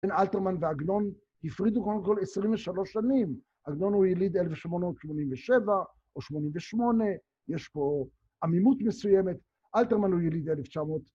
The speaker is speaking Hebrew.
‫בין אלתרמן ועגנון ‫הפרידו קודם כול 23 שנים. ‫עגנון הוא יליד 1887 או 88, ‫יש פה עמימות מסוימת. ‫אלתרמן הוא יליד 1900.